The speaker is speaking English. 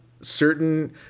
certain